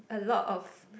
a lot of